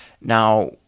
Now